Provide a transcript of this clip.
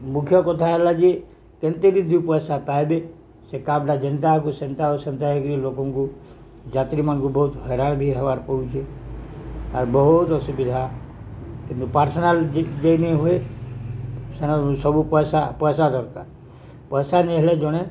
ମୁଖ୍ୟ କଥା ହେଲା ଯେ କେତୋଟି ଦୁଇ ପଇସା ପାଇବେ ସେ କାମଟା ଯେନ୍ତାକୁ ସେନ୍ତା ସେନ୍ତା ହେଇକିରି ଲୋକଙ୍କୁ ଯାତ୍ରୀମାନଙ୍କୁ ବହୁତ ହଇରାଣ ବି ହେବାର୍ ପଡ଼ୁଛି ଆର୍ ବହୁତ ଅସୁବିଧା କିନ୍ତୁ ପର୍ସନାଲ ଯେ ଯେନି ହୁଏ ସେନ ସବୁ ପଇସା ପଇସା ଦରକାର ପଇସା ନି ହେଲେ ଜଣେ